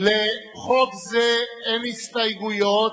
לחוק זה אין הסתייגויות,